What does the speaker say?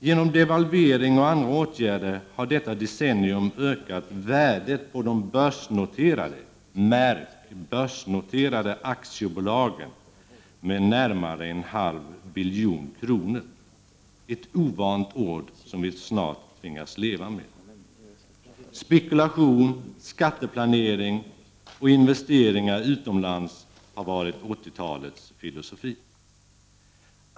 Genom devalvering och andra åtgärder har detta decennium ökat värdet på de börsnoterade — märk börsnoterade — aktiebolagen med närmare en halv billion kronor; ett ovant ord som vi snart tvingas leva med. Spekulation, skatteplanering och investeringar utomlands har varit 80-talets filosofi.